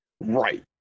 Right